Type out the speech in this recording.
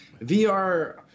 VR